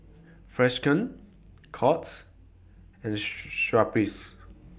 Freshkon Courts and Schweppes